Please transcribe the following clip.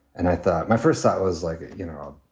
and i thought my first thought was like, you know,